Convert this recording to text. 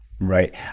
Right